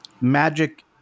magic